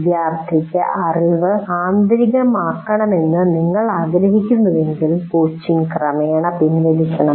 വിദ്യാർത്ഥി അറിവ് ആന്തരികമാക്കണമെന്ന് നിങ്ങൾ ആഗ്രഹിക്കുന്നുവെങ്കിൽ കോച്ചിംഗ് ക്രമേണ പിൻവലിക്കണം